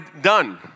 done